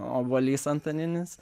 obuolys antaninis